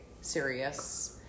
serious